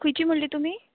खुंयची म्हणली तुमी